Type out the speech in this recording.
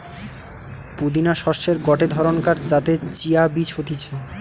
পুদিনা শস্যের গটে ধরণকার যাতে চিয়া বীজ হতিছে